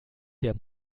der